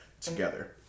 together